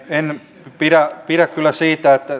en pidä kyllä siitä että